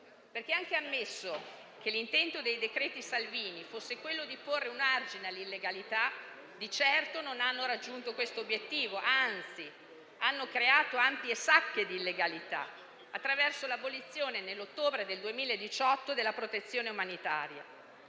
anche ammesso che l'intento dei decreti Salvini fosse quello di porre un argine all'illegalità, di certo essi non hanno raggiunto tale obiettivo; anzi, hanno creato ampie sacche di illegalità attraverso l'abolizione, nell'ottobre del 2018, della protezione umanitaria.